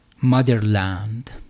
motherland